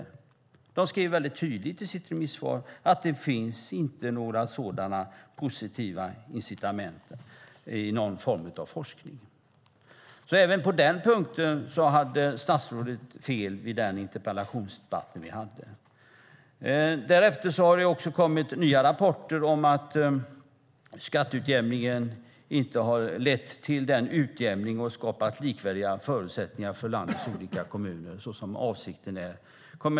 De skriver väldigt tydligt i sitt remissvar att det inte finns några sådana positiva incitament i någon form av forskning. Även på den punkten hade alltså statsrådet fel vid den interpellationsdebatt vi hade. Därefter har det även kommit nya rapporter om att skatteutjämningen inte har lett till utjämning och skapat likvärdiga förutsättningar för landets olika kommuner, så som är avsikten.